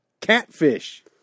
catfish